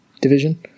division